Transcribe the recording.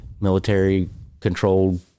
military-controlled